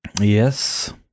Yes